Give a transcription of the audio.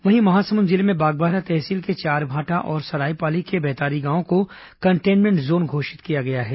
वहीं महासमुंद जिले में बागबाहरा तहसील के चारभांटा और सरायपाली के बैतारी गांव को कटेन्मेंट जोन घोषित किया है